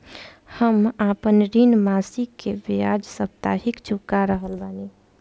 हम आपन ऋण मासिक के बजाय साप्ताहिक चुका रहल बानी